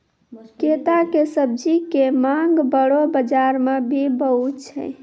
कैता के सब्जी के मांग बड़ो बाजार मॅ भी बहुत छै